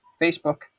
Facebook